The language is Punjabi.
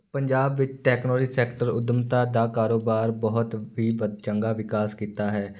ਪੰਜਾਬ ਵਿੱਚ ਟੈਕਨੋਲੋਜੀ ਸੈਕਟਰ ਉੱਦਮਤਾ ਦਾ ਕਾਰੋਬਾਰ ਬਹੁਤ ਵੀ ਬ ਚੰਗਾ ਵਿਕਾਸ ਕੀਤਾ ਹੈ